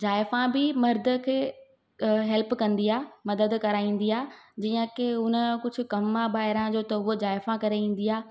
ज़ाइफ़ां बि मर्द खे हैल्प कंदी आहे मददु कराईंदी आहे जीअं कि हुन जो कुझु कमु आहे ॿाहिरां जो त उहो ज़ाइफ़ां करे ईंदी आहे